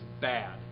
bad